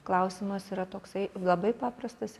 klausimas yra toksai labai paprastas